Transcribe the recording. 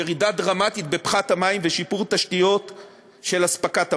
ירידה דרמטית בפחת המים ושיפור תשתיות של אספקת המים,